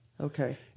Okay